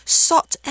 sought